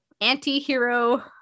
anti-hero